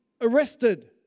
arrested